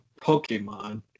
Pokemon